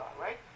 Right